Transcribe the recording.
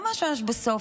ממש ממש בסוף,